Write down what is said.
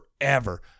forever